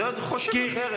חושב אחרת.